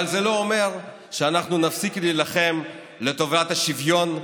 אבל זה לא אומר שאנחנו נפסיק להילחם לטובת השוויון,